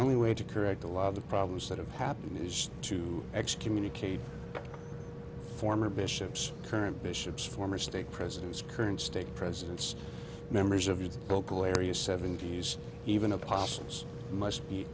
only way to correct a lot of the problems that have happened is to excommunicate former bishops current bishops former state presidents current state presidents members of your local area seventy's even apostles must